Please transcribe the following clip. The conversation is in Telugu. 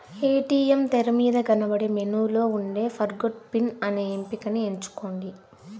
ఏ.టీ.యం తెరమీద కనబడే మెనూలో ఉండే ఫర్గొట్ పిన్ అనే ఎంపికని ఎంచుకోండి